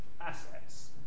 assets